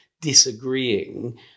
disagreeing